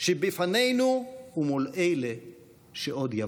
שבפנינו ומול אלה שעוד יבואו.